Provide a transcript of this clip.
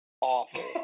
Awful